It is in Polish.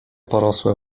porosłe